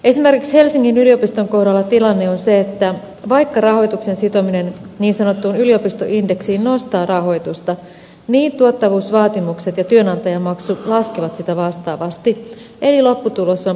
esimerkiksi helsingin yliopiston kohdalla tilanne on se että vaikka rahoituksen sitominen niin sanottuun yliopistoindeksiin nostaa rahoitusta niin tuottavuusvaatimukset ja työnantajamaksut laskevat sitä vastaavasti eli lopputulos on plus miinus nolla